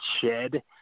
shed